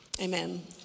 amen